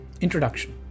Introduction